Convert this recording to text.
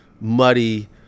muddy